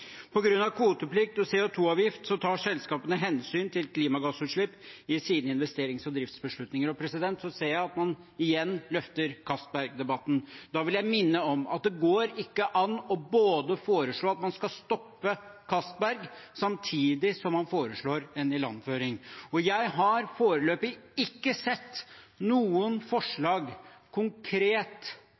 kvoteplikt og CO 2 -avgift tar selskapene hensyn til klimagassutslipp i sine investerings- og driftsbeslutninger. Så ser jeg at man igjen løfter Johan Castberg-debatten. Da vil jeg minne om at det går ikke an både å foreslå at man skal stoppe Johan Castberg, og å foreslå en ilandføring. Jeg har foreløpig ikke sett noen forslag, konkret,